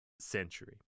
century